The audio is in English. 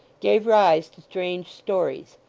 gave rise to strange stories.